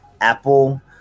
Apple